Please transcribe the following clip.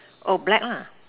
oh black lah